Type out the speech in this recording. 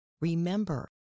Remember